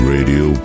Radio